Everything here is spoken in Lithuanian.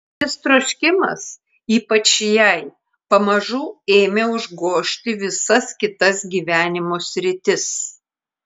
šis troškimas ypač jai pamažu ėmė užgožti visas kitas gyvenimo sritis